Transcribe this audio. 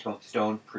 stone